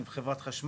אם חברת חשמל,